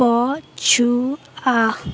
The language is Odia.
ପଛୁଆ